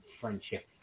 friendship